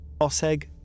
Oseg